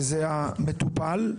שהוא המטופל.